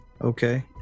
Okay